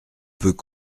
peut